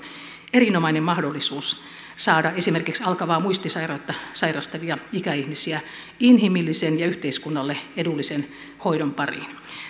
erinomainen mahdollisuus saada esimerkiksi alkavaa muistisairautta sairastavia ikäihmisiä inhimillisen ja yhteiskunnalle edullisen hoidon pariin